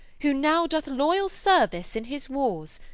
who now doth loyal service in his wars,